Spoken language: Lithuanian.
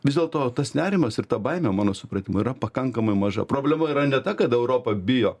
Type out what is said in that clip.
vis dėlto tas nerimas ir ta baimė mano supratimu yra pakankamai maža problema yra ne ta kad europa bijo